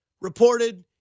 reported